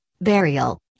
burial